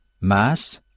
Mass